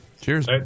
cheers